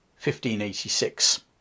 1586